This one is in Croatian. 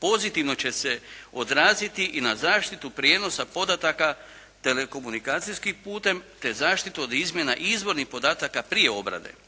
pozitivno će se odraziti i na zaštitu prijenosa podataka telekomunikacijskim putem, te zaštitu od izmjena izvornih podataka prije obrade.